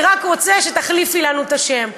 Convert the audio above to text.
אני רק רוצה שתחליפי לנו את השם.